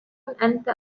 أنت